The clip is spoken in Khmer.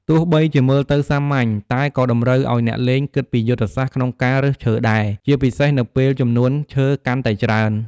ទោះបីជាមើលទៅសាមញ្ញ តែក៏តម្រូវឲ្យអ្នកលេងគិតពីយុទ្ធសាស្ត្រក្នុងការរើសឈើដែរ ជាពិសេសនៅពេលចំនួនឈើកាន់តែច្រើន។